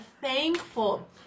thankful